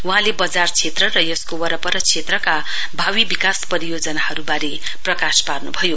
वहाँले वजार क्षेत्र र यसको वरपर क्षेत्रहरुका भावी विकास परियोजनाहरुवारे प्रकाश पार्नुभयो